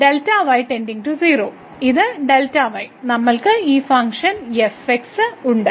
Δy → 0 ഇത് Δy നമ്മൾക്ക് ഈ ഫംഗ്ഷൻ ഉണ്ട്